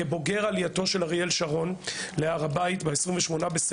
כבוגר עלייתו של אריאל שרון להר הבית ב-28.09.2000,